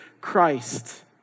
Christ